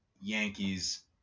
Yankees